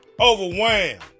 overwhelmed